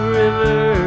river